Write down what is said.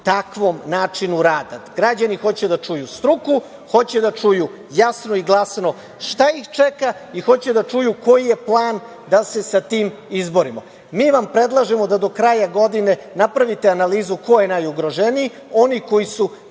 takvom načinu rada. Građani hoće da čuju struku, hoće da čuju jasno i glasno šta ih čeka i hoće da čuju koji je plan da se sa tim izborimo. Mi vam predlažemo da do kraja godine napravite analizu ko je najugroženiji. Oni koji su